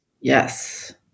Yes